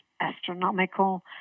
astronomical